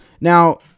Now